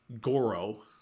Goro